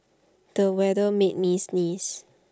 the weather made me sneeze